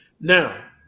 Now